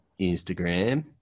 Instagram